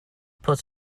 puts